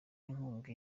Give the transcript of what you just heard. inkunga